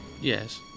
Yes